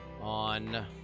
on